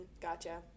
Gotcha